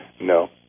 No